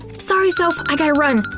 sorry sof, i gotta run!